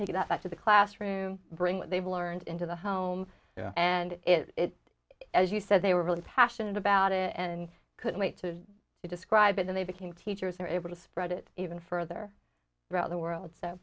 take that back to the classroom bring what they've learned into the homes and it as you said they were really passionate about it and couldn't wait to describe it and they became teachers are able to spread it even further throughout the world so